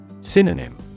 Synonym